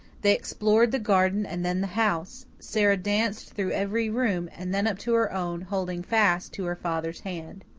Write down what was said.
they explored the garden and then the house. sara danced through every room, and then up to her own, holding fast to her father's hand.